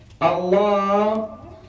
Allah